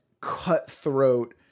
cutthroat